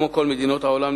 כמו כל מדינות העולם,